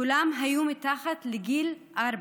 כולם היו מתחת לגיל ארבע.